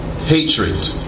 Hatred